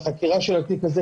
בחקירה של התיק הזה,